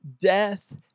death